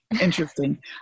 Interesting